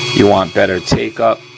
you want better take up,